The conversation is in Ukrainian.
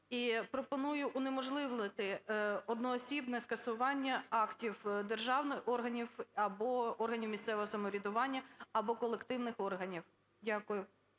пропоную унеможливити одноосібне скасування актів державних органів або органів місцевого самоврядування або колективних органів. Дякую.